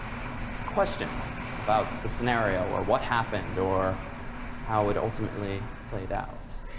so questions about the scenario or what happened or how it ultimately played out?